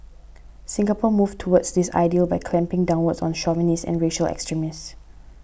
Singapore moved towards this ideal by clamping down on chauvinists and racial extremists